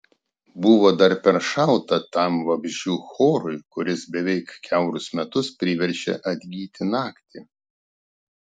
buvo dar per šalta tam vabzdžių chorui kuris beveik kiaurus metus priverčia atgyti naktį